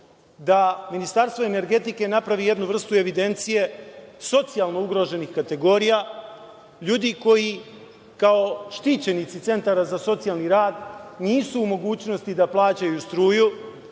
da Ministarstvo energetike napravi jednu vrstu evidencije socijalno ugroženih kategorija? LJudi koji kao štićenici centara za socijalni rad nisu u mogućnosti da plaćaju struju,